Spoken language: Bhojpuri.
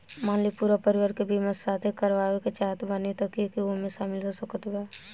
मान ली पूरा परिवार के बीमाँ साथे करवाए के चाहत बानी त के के ओमे शामिल हो सकत बा?